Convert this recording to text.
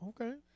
Okay